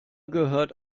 gehört